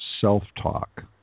self-talk